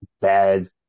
bad